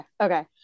okay